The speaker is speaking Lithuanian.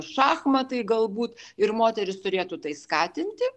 šachmatai galbūt ir moterys turėtų tai skatinti